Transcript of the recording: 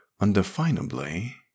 undefinably